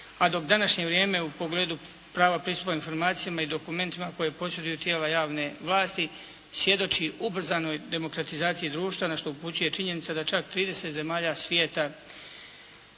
a dok današnje vrijeme u pogledu prava pristupa informacijama i dokumentima koje posjeduju tijela javne vlasti svjedoči ubrzanoj demokratizaciji društva na što upućuje činjenica da čak 30 zemalja svijeta